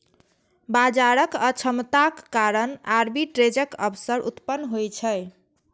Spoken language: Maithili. बाजारक अक्षमताक कारण आर्बिट्रेजक अवसर उत्पन्न होइ छै